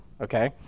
okay